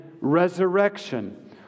resurrection